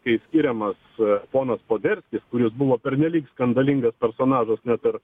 kai skiriamas ponas poderskis kuris buvo pernelyg skandalingas personažas net ir